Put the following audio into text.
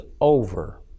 over